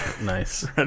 Nice